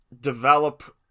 develop